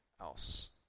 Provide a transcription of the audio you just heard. else